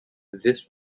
this